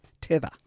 tether